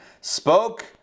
spoke